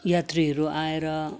यात्रीहरू आएर